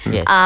Yes